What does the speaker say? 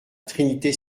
trinité